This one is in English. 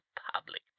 public